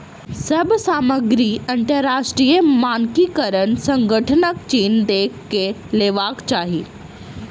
सभ सामग्री अंतरराष्ट्रीय मानकीकरण संगठनक चिन्ह देख के लेवाक चाही